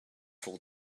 full